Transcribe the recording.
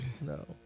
no